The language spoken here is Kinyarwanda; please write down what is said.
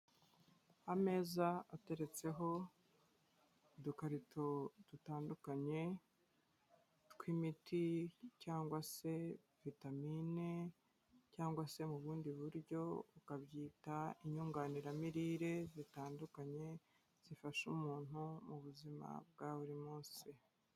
Ameza ateretseho udukarito dutandukanye tw'imiti cyangwa se vitamini cyangwa se mu bundi buryo ukabyita inyunganiramirire zitandukanye zifasha umuntu mu buzima bwa buri munsi.